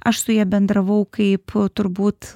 aš su ja bendravau kaip turbūt